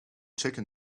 chicken